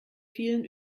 vielen